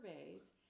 surveys